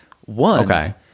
One